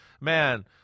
Man